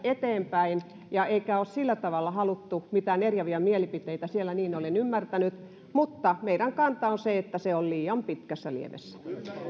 eteenpäin emmekä ole sillä tavalla halunneet mitään eriäviä mielipiteitä siellä niin olen ymmärtänyt mutta meidän kantamme on se että se on liian pitkässä liemessä